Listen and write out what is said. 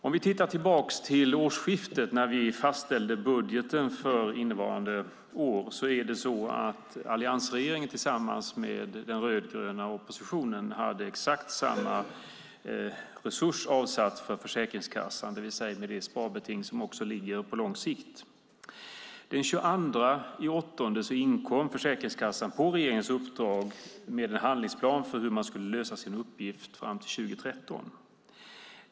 Om vi tittar tillbaka till årsskiftet när vi fastställde budgeten för innevarande år hade alliansregeringen och den rödgröna exakt samma resurs avsatt för Försäkringskassan med det sparbeting som ligger på lång sikt. Försäkringskassan inkom på regeringens uppdrag med en handlingsplan för hur man skulle lösa sin uppgift fram till 2013.